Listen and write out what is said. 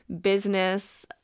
business